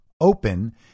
open